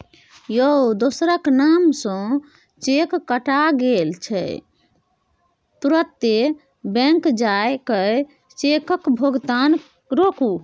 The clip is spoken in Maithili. यौ दोसरक नाम सँ चेक कटा गेल छै तुरते बैंक जाए कय चेकक भोगतान रोकु